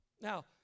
Now